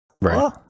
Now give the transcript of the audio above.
Right